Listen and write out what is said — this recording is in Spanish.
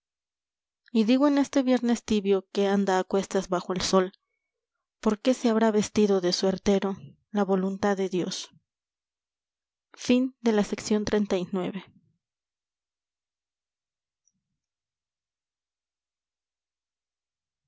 digo en este viernes tibio que anda a cuestas bajo el sol porqué se habrá vestido de suertero la voluntad de dios